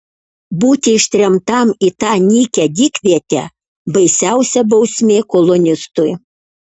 būti ištremtam į tą nykią dykvietę baisiausia bausmė kolonistui